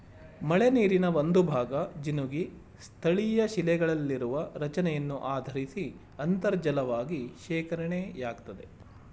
ಮಳೆನೀರಿನ ಒಂದುಭಾಗ ಜಿನುಗಿ ಸ್ಥಳೀಯಶಿಲೆಗಳಲ್ಲಿರುವ ರಚನೆಯನ್ನು ಆಧರಿಸಿ ಅಂತರ್ಜಲವಾಗಿ ಶೇಖರಣೆಯಾಗ್ತದೆ